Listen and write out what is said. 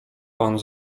pan